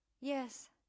Yes